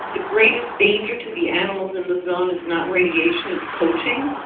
greatest danger to the animals in the zone is not radiation, it's poaching.